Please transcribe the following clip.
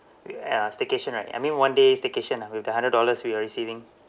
wi~ uh staycation right I mean one day staycation ah with the hundred dollars we are receiving